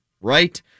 right